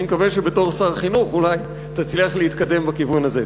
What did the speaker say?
אני מקווה שבתור שר החינוך אולי תצליח להתקדם בכיוון הזה.